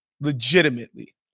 Legitimately